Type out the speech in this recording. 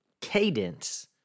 cadence